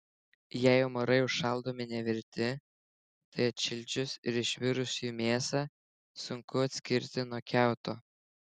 jei omarai užšaldomi nevirti tai atšildžius ir išvirus jų mėsą sunku atskirti nuo kiauto